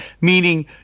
meaning